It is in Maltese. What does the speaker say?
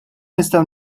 nistgħu